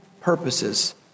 purposes